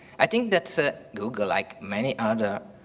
i think that google, like many and